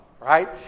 right